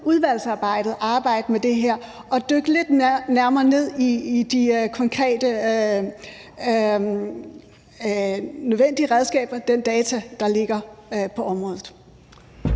udvalgsarbejdet arbejde med det her og dykke lidt nærmere ned i de konkrete nødvendige redskaber og den data, der ligger på området.